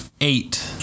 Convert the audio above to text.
eight